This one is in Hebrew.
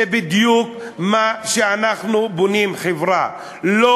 זה בדיוק כמו שאנחנו בונים חברה ולא